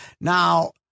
Now